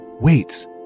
wait